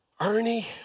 Ernie